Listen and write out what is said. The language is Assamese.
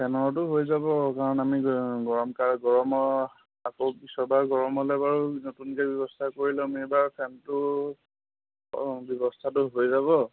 ফেনৰটো হৈ যাব কাৰণ আমি গ গৰম তাৰ গৰমৰ আকৌ পিছৰবাৰ গৰম হ'লে বাৰু নতুনকৈ ব্যৱস্থা কৰি ল'ম এইবাৰ ফেনটো ব্যৱস্থাটো হৈ যাব